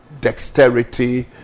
dexterity